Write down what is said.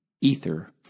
Ether